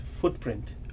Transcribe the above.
footprint